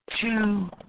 two